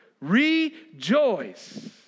Rejoice